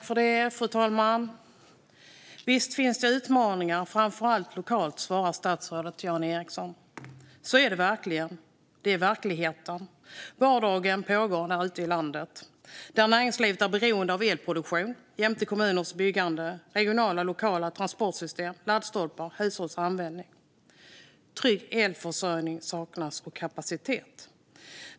Fru talman! Visst finns det utmaningar, framför allt lokalt, sa statsrådet till Jan Ericson. Så är det verkligen. Det är verkligheten. Vardagen pågår där ute i landet där näringslivet är beroende av elproduktion jämte kommuners byggande, regionala och lokala transportsystem, laddstolpar och hushållens användning. Trygg elförsörjning och kapacitet saknas.